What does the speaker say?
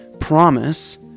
promise